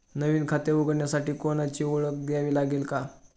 नवीन खाते उघडण्यासाठी कोणाची ओळख द्यावी लागेल का?